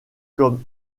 comme